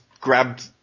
grabbed